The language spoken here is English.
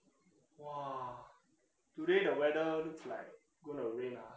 !wah! today the weather looks like gonna rain ah